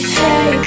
hey